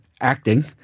acting